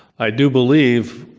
i do believe,